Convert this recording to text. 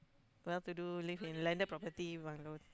well to do live in landed property bungalow